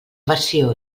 versió